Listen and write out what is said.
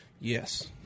Yes